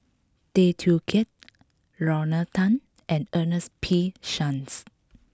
Tay Teow Kiat Lorna Tan and Ernest P Shanks